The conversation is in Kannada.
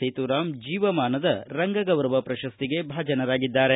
ಸೇತೂರಾಂ ಜೀವಮಾನದ ರಂಗಗೌರವ ಪ್ರಶಸ್ತಿಗೆ ಭಾಜನರಾಗಿದ್ದಾರೆ